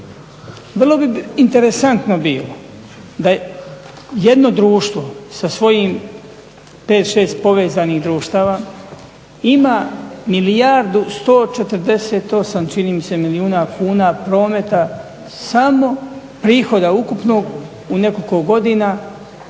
Vrlo bi interesantno bilo da jedno društvo sa svojih 5, 6 povezanih društava ima milijardu 148 čini mi se milijuna kuna prometa samo prihoda ukupnog u nekoliko godina